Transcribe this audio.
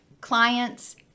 clients